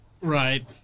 Right